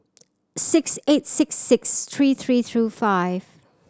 six eight six six three three two five